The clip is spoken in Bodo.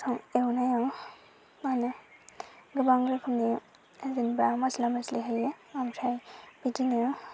सं एवनायाव मा होनो गोबां रोखोमनि जेनबा मस्ला मस्लि होयो आमफ्राय बिदिनो